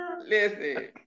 Listen